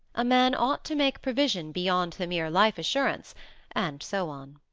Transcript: a man ought to make provision beyond the mere life-assurance and so on.